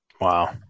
wow